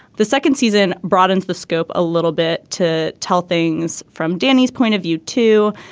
the second season broadens the scope a little bit to tell things from danny's point of view too.